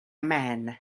man